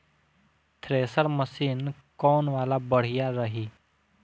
Thresher machine कौन वाला बढ़िया रही?